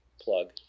plug